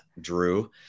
Drew